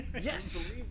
yes